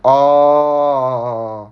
orh orh orh orh